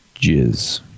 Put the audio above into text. Jizz